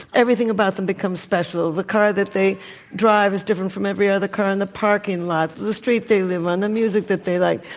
everything about them becomes special. the car that they drive is different from every other car in the parking lot. the street they live on the music that they like.